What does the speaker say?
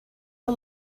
for